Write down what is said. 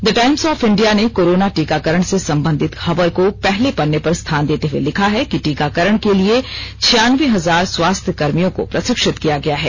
the Times of India ने corona टीकाकरण से संबंधित खबर को पहले पन्ने पर स्थान देते हुए लिखा है कि टीकाकरण के लिए छियानबे हजार स्वास्थ्य कर्मियों को प्रशिक्षित किया गया है